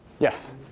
Yes